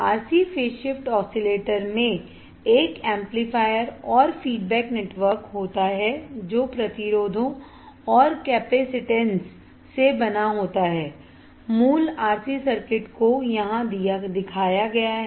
RC phase shift oscillator में एक amplifier और फीडबैक नेटवर्क होता है जो प्रतिरोधों और कैपेसिटेंस से बना होता है मूल RC सर्किट को यहां दिखाया गया है